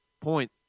point